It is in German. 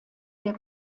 der